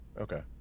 Okay